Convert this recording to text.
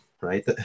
right